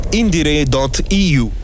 indire.eu